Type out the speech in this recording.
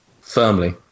Firmly